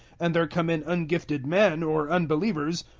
and there come in ungifted men, or unbelievers,